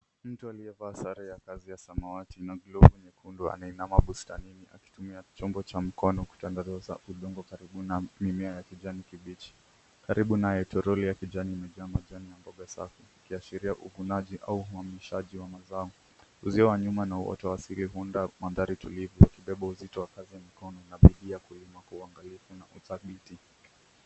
Mtu aliyevaa sare ya kazi ya samawati na glovu nyekundu anainama bustanini akitumia chombo cha mkono kutandaza uso wa udongo karibu na mimea ya kijani kibichi. Karibu naye, toroli ya kijani imejaa majani ya mboga safi, ikiashiria uvunaji au uhamishaji wa mazao. Uzio wa nyuma na uoto wa asili huunda mandhari tulivu, yakibeba uzito wa kazi ya mikono na bidii ya kulima kwa uangalifu na uthabiti.